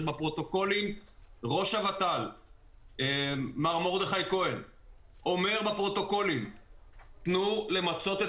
בפרוטוקולים ראש הות"ל מר מרדכי כהן אומר שיש למצות את